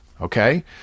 Okay